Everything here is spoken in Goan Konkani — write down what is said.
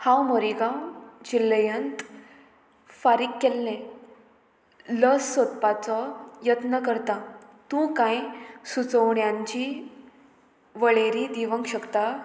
हांव मोरीगांव जिल्लयांत फारीक केल्लें लस सोदपाचो यत्न करतां तूं कांय सुचोवण्यांची वळेरी दिवंक शकता